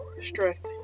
stress